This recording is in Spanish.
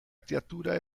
criatura